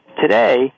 today